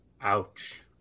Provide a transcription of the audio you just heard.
Ouch